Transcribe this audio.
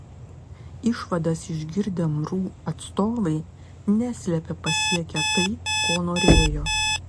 išvadas išgirdę mru atstovai neslėpė pasiekę tai ko norėjo